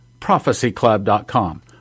prophecyclub.com